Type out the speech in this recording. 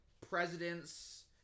presidents